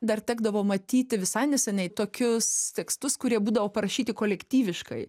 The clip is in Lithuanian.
dar tekdavo matyti visai neseniai tokius tekstus kurie būdavo parašyti kolektyviškai